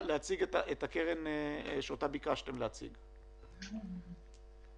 עוד פעם, אתה פשוט נמצא פה,